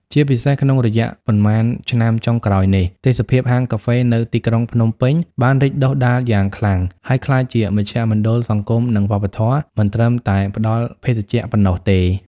ជាពិសេសក្នុងរយៈប៉ុន្មានឆ្នាំចុងក្រោយនេះ ទេសភាពហាងកាហ្វេនៅទីក្រុងភ្នំពេញបានរីកដុះដាលយ៉ាងខ្លាំង ហើយក្លាយជាមជ្ឈមណ្ឌលសង្គម និងវប្បធម៌មិនត្រឹមតែផ្ដល់ភេសជ្ជៈប៉ុណ្ណោះទេ។